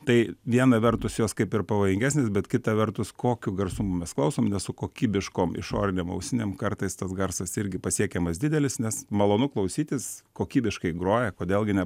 tai viena vertus jos kaip ir pavojingesnės bet kita vertus kokiu garsumu mes klausom nes su kokybiškom išorinėm ausinėm kartais tas garsas irgi pasiekiamas didelis nes malonu klausytis kokybiškai groja kodėl gi ne